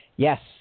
Yes